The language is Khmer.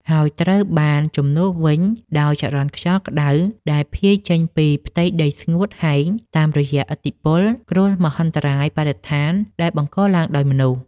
ហើយត្រូវបានជំនួសវិញដោយចរន្តខ្យល់ក្ដៅដែលភាយចេញពីផ្ទៃដីស្ងួតហែងតាមរយៈឥទ្ធិពល គ្រោះមហន្តរាយបរិស្ថានដែលបង្កឡើងដោយមនុស្ស។